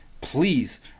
please